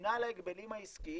הממונה על ההגבלים העסקיים